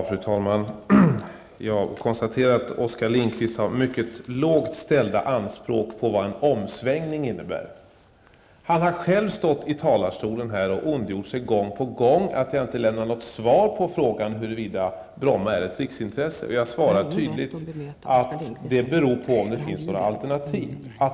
Fru talman! Jag konstaterar att Oskar Lindkvist har mycket lågt ställda anspråk på vad en omsvängning innebär. Han har själv från denna talarstol gång på gång ondgjort sig över att jag inte lämnar något svar på frågan huruvida Bromma är ett riksintresse. Jag svarade tydligt att det beror på om det finns några alternativ.